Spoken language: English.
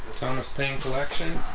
thomas payne collection